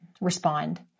respond